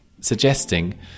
suggesting